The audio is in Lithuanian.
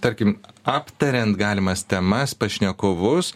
tarkim aptariant galimas temas pašnekovus